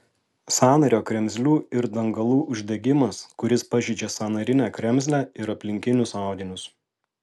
sąnario kremzlių ir dangalų uždegimas kuris pažeidžia sąnarinę kremzlę ir aplinkinius audinius